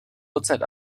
uhrzeit